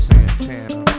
Santana